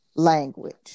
language